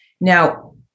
Now